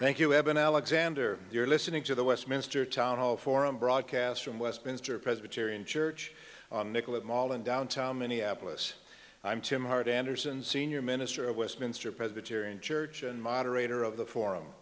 thank you eben alexander you're listening to the westminster town hall forum broadcast from westminster presbyterian church on nicollet mall in downtown minneapolis i'm tim howard anderson senior minister of westminster presbyterian church and moderator of the forum